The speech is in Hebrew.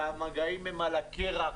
המגעים הם על הקרח.